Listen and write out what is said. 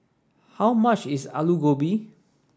how much is Alu Gobi